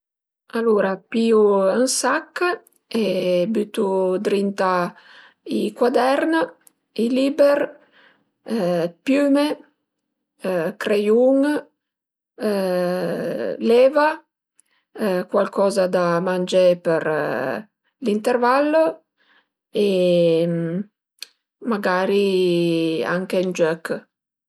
Alura pìu ün sach e bütu drinta i cuadern, i liber, d'piüme, creiun, l'eva, cualcoza da mangé për l'interval e magari anche ün giöch